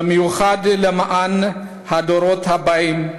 במיוחד למען הדורות הבאים,